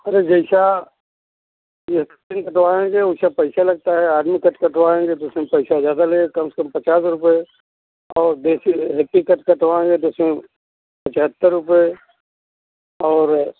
अरे जैसा ये कटिंग कटवाएँगे वैसा पैसा लगता है आर्मी कट कटवाएँगे तो उसमें पैसा ज़्यादा लगेगा कम से कम पचास रुपये और देसी में हेक्टर कट कटवाएँगे तो उसमें पचहत्तर रुपये और